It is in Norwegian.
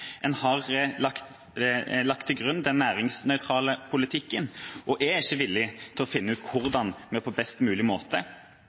en har lagt til grunn den næringsnøytrale politikken og er ikke villig til å finne ut